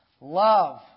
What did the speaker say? love